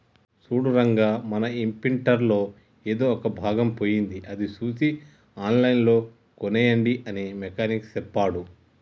సూడు రంగా మన ఇంప్రింటర్ లో ఎదో ఒక భాగం పోయింది అది సూసి ఆన్లైన్ లో కోనేయండి అని మెకానిక్ సెప్పాడు